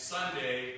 Sunday